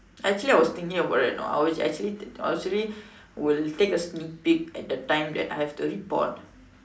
actually I was thinking about that you know I was actually th~ I was actually will take a sneak peek at the time that I have to report